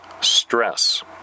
stress